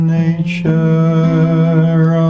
nature